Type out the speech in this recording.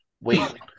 Wait